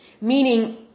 Meaning